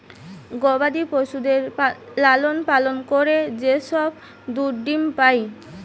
গবাদি পশুদের লালন পালন করে যে সব দুধ ডিম্ পাই